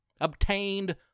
obtained